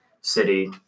city